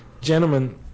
Gentlemen